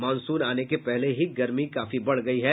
monsoon आने के पहले ही गर्मी काफी बढ़ गयी है